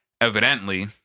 Evidently